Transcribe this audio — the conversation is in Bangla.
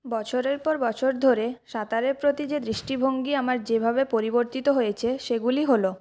বছরের পর বছর ধরে সাঁতারের প্রতি যে দৃষ্টিভঙ্গী আমার যেভাবে পরিবর্তিত হয়েছে সেগুলি হল